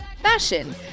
fashion